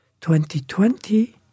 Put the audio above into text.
2020